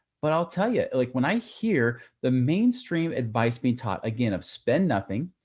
but i'll tell you, like, when i hear the mainstream advice being taught again of spend nothing,